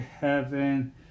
heaven